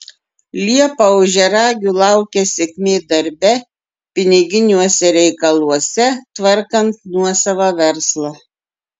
liepą ožiaragių laukia sėkmė darbe piniginiuose reikaluose tvarkant nuosavą verslą